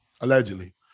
allegedly